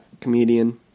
comedian